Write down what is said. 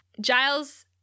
Giles